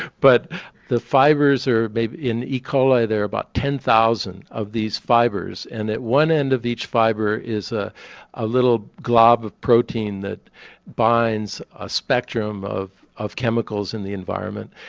but the fibres are made in e coli there are about ten thousand of these fibres and at one end of each fibre is ah a little glob of protein that binds a spectrum of of chemicals in the environment.